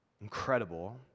incredible